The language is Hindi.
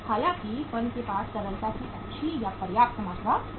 हालांकि फर्म के पास तरलता की अच्छी या पर्याप्त मात्रा होगी